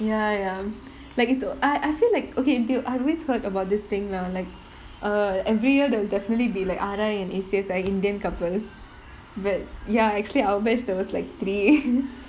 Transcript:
ya ya like it's I I feel like dude okay I've always heard about this thing now like uh every year there will definitely be like R_I and A_C_S indian couples but ya actually our batch there was like three